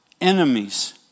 enemies